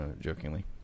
jokingly